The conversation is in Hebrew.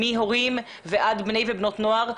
מהורים ועד בני ובנות נוער,